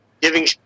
giving –